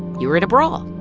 you were in a brawl.